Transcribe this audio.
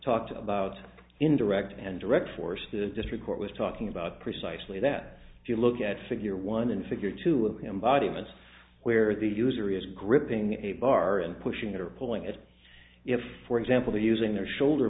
talked about indirect and direct force the district court was talking about precisely that if you look at figure one and figure two an embodiment where the usury is gripping a bar and pushing it or pulling it if for example using their shoulder